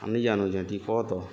ନି ଜାନୁଚେଁ ଟିକେ କହ ତ